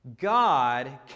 God